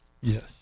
Yes